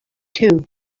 too